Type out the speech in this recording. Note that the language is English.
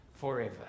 forever